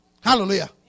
Hallelujah